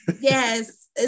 Yes